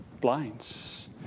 blinds